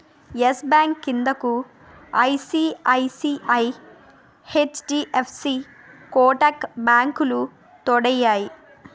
yes bank క్రిందకు ICICI, HDFC Kotak బ్యాంకులు తోడయ్యాయి